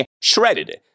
shredded